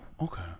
okay